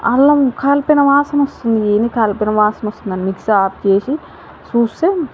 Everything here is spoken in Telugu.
అల్లం కాలిపోయిన వాసన వస్తుంది ఏంది కాలిపోయిన వాసన వస్తుంది అని మిక్సీ ఆఫ్ చేసి చూస్తే